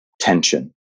tension